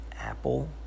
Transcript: Apple